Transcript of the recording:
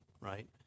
right